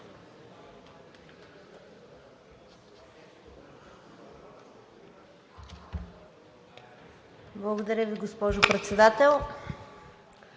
Благодаря Ви, госпожо Председател.